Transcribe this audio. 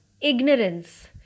Ignorance